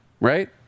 right